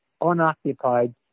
unoccupied